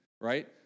right